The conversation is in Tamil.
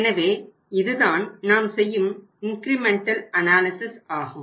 எனவே இதுதான் நாம் செய்யும் இன்கிரிமெண்டல் அனாலிசிஸ் ஆகும்